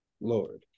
Lord